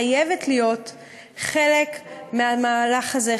חייבת להיות חלק מהמהלך הזה,